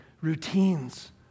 routines